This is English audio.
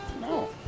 No